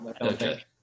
Okay